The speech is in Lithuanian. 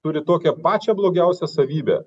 turi tokią pačią blogiausią savybę